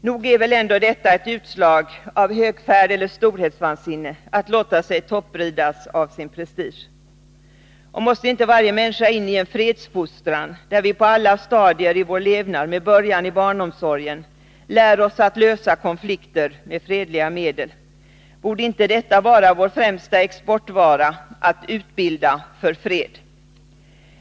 Nog är väl ändå det ett utslag av högfärd och storhetsvansinne, att låta sig toppridas av sin prestige! Måste inte varje människa föras in i en fredsfostran, där vi på alla stadier i vår levnad, med början i barnomsorgen, lär oss lösa konflikter med fredliga medel? Borde inte detta vara vår främsta exportvara: att utbilda för fred?